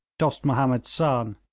dost mahomed's son,